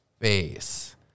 face